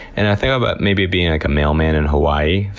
and i thought about maybe being like a mailman in hawaii.